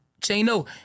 Chano